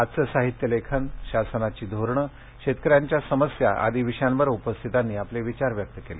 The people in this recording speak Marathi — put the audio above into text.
आजचे साहित्य लेखन शासनाची धोरणे शेतकऱ्यांच्या समस्या आदि विषयांवर उपस्थितांनी आपले विचार व्यक्त केले